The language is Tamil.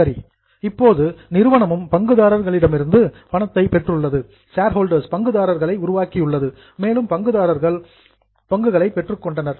சரி இப்போது நிறுவனமும் பங்குதாரர்களிடம் இருந்து பணத்தை பெற்றுள்ளது ஷேர்ஹோல்டர்ஸ் பங்குதாரர்களை உருவாக்கியுள்ளது மேலும் பங்குதாரர்கள் ஷேர்ஸ் பங்குகளை பெற்றுக்கொண்டனர்